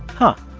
huh,